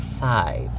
five